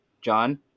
john